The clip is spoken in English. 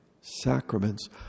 sacraments